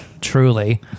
Truly